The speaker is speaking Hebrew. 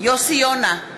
יוסי יונה,